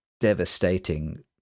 devastating